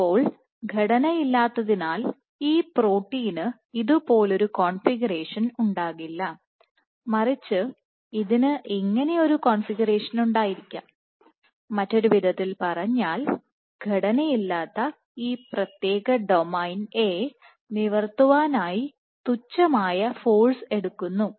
ഇപ്പോൾ ഘടനയില്ലാത്തതിനാൽ ഈ പ്രോട്ടീന് ഇതുപോലൊരു കോൺഫിഗറേഷൻ ഉണ്ടാകില്ല മറിച്ച് ഇതിന് ഇങ്ങിനെ ഒരു കോൺഫിഗറേഷൻ ഉണ്ടായിരിക്കാം മറ്റൊരു വിധത്തിൽ പറഞ്ഞാൽ ഘടന ഇല്ലാത്ത ഈ പ്രത്യേക ഡൊമൈൻ A നിവർത്തുവാൻ ആയി തുച്ഛമായ ഫോഴ്സ് എടുക്കുന്നു